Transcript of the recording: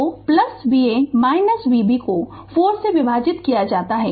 तो Va Vb को 4 से विभाजित किया जाता है